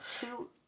Two